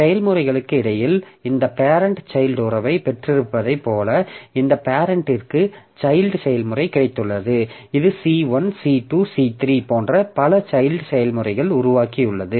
செயல்முறைகளுக்கு இடையில் இந்த பேரெண்ட் சைல்ட் உறவைப் பெற்றிருப்பதைப் போல இந்த பேரெண்ட்டிற்கு சைல்ட் செயல்முறை கிடைத்துள்ளது இது C1 C2 C3 போன்ற பல சைல்ட் செயல்முறைகளை உருவாக்கியுள்ளது